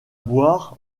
boire